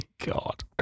God